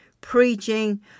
preaching